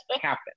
happen